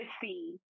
see